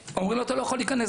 ואומרים לו שהוא לא יכול להיכנס.